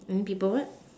then people what